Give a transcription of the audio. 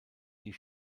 die